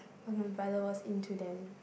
but my brother was into them